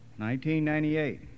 1998